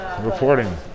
Reporting